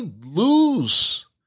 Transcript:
lose